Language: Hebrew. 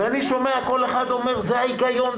ואני שומע כל אחד אומר 'זה ההיגיון'